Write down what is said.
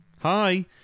Hi